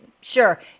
Sure